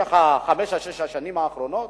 בחמש, שש השנים האחרונות